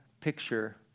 picture